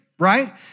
Right